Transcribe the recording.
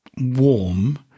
warm